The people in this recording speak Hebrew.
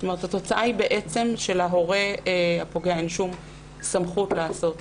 התוצאה היא בעצם שלהורה הפוגע אין שום סמכות לעשות